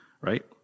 right